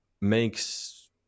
makes